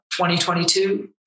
2022